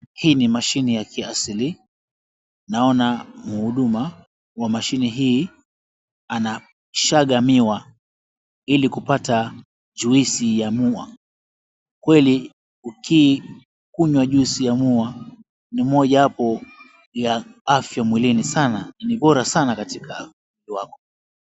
Hii ni mashini ya kiasili. Naona mhuduma wa mashini hii anasaga miwa ili kupata juisi ya muwa. Kweli ukikunywa juisi ya muwa ni mojawapo ya afya mwilini sana. Ni bora sana katika mwili wako.